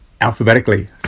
alphabetically